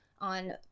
on